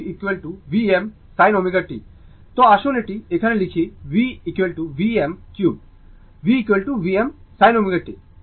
তো আসুন এটি এখানে লিখি V Vm কিউব দুঃখিত V Vm sin ω t